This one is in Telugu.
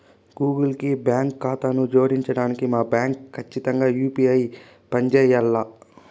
గూగుల్ కి బాంకీ కాతాను జోడించడానికి మా బాంకీ కచ్చితంగా యూ.పీ.ఐ పంజేయాల్ల